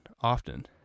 often